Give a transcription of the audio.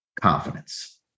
confidence